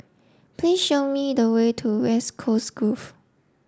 please show me the way to West Coast Grove